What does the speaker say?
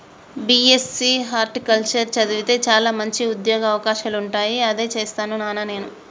BSc horticulture చదివితే చాల మంచి ఉంద్యోగ అవకాశాలుంటాయి అదే చేస్తాను నానా నేను